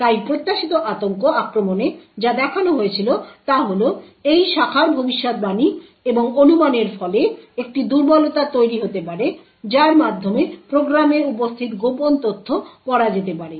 তাই প্রত্যাশিত আতঙ্ক আক্রমণে যা দেখানো হয়েছিল তা হল এই শাখার ভবিষ্যদ্বাণী এবং অনুমানের ফলে একটি দুর্বলতা তৈরি হতে পারে যার মাধ্যমে প্রোগ্রামে উপস্থিত গোপন তথ্য পড়া যেতে পারে